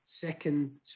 second